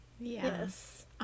Yes